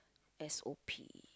S O P